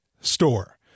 store